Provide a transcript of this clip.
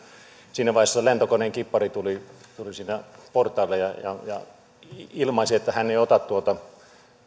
siinä vaiheessa lentokoneen kippari tuli sinne portaille ja ilmaisi että hän ei ota tuota